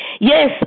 Yes